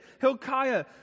Hilkiah